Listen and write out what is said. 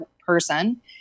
person